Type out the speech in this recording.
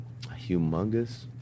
humongous